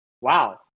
wow